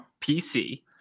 PC